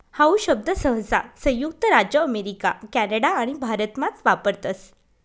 how शब्द सहसा संयुक्त राज्य अमेरिका कॅनडा आणि भारतमाच वापरतस